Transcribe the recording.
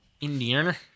Indiana